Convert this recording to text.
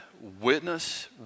witness